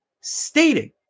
stating